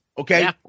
Okay